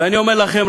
ואני אומר לכם,